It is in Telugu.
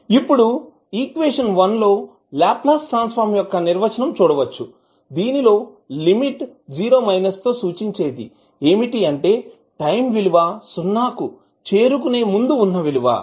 ఇప్పుడు ఈక్వేషన్ లో లాప్లాస్ ట్రాన్సఫర్మ్ యొక్క నిర్వచనం చూడవచ్చు దీనిలో లిమిట్ సూచించేది ఏమిటి అంటే టైం విలువ సున్నా కు చేరుకునే ముందు ఉన్న విలువ